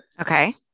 Okay